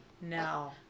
No